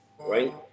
right